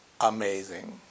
amazing